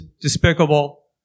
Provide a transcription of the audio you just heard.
despicable